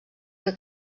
que